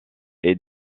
est